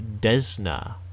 Desna